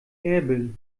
erbil